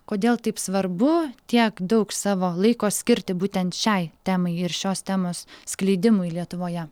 kodėl taip svarbu tiek daug savo laiko skirti būtent šiai temai ir šios temos skleidimui lietuvoje